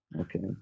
Okay